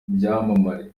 byamamare